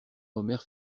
omer